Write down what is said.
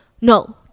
no